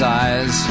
eyes